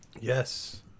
Yes